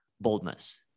boldness